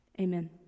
Amen